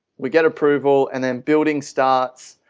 we get approval and then building starts.